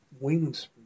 Wings